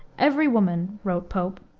every woman, wrote pope,